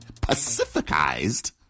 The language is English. pacificized